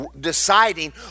deciding